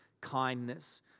kindness